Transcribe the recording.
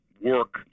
work